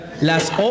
las